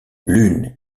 lune